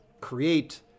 create